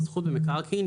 זכות במקרקעין,